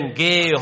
gay